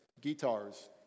guitars